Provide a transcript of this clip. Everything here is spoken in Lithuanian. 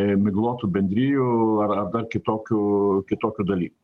miglotų bendrijų ar ar dar kitokių kitokių dalykų